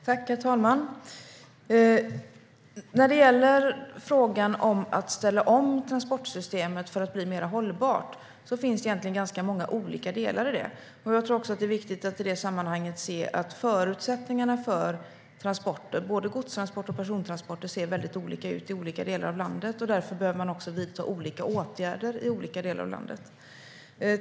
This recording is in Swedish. Herr talman! Det finns egentligen ganska många olika delar i att ställa om transportsystemet för att bli mer hållbart. Jag tror också att det är viktigt att i det sammanhanget se att förutsättningarna för transporter, både godstransporter och persontransporter, ser väldigt olika ut i olika delar av landet. Därför behöver man också vidta olika åtgärder i olika delar av landet.